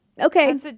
Okay